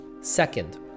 Second